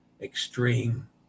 extreme